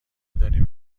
داریم